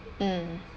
mm